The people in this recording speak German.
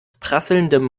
prasselndem